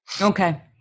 Okay